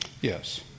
Yes